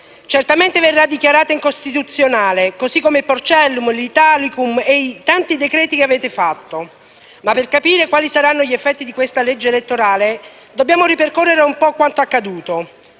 certamente dichiarato incostituzionale, così come il Porcellum, l'Italicum e i tanti decreti che avete adottato. Tuttavia, per capire quali saranno gli effetti di questo disegno di legge elettorale dobbiamo ripercorrere un po' quanto accaduto.